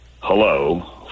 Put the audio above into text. Hello